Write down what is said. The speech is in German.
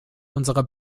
unserer